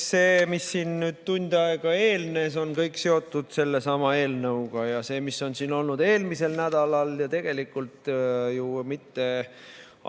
See, mis siin nüüd tund aega eelnes, on kõik seotud sellesama eelnõuga, ja see, mis on siin olnud eelmisel nädalal ja tegelikult mitte